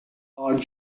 odd